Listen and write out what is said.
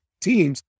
teams